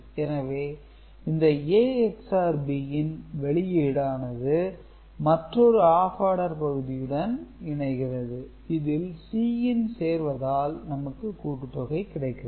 எனவே இந்த A XOR B ன் வெளியீடு ஆனது மற்றொரு ஆப் ஆடர் பகுதியுடன் இணைகிறது இதில் Cin சேர்வதால் நமக்கு கூட்டுத்தொகை கிடைக்கிறது